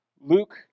Luke